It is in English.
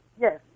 Yes